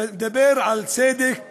המדבר על צדק